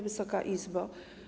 Wysoka Izbo!